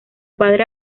padre